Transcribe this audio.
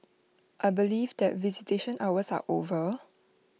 I believe that visitation hours are over